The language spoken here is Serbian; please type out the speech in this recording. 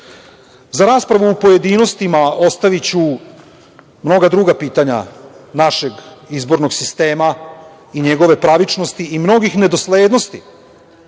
raspravu u pojedinostima ostaviću mnoga druga pitanja našeg izbornog sistema i njegove pravičnosti i mnogih nedoslednosti